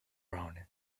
rounded